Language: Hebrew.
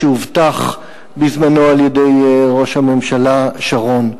שהובטח בזמנו על-ידי ראש הממשלה שרון.